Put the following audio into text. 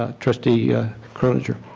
ah trustee yeah croninger?